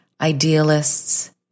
idealists